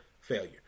failure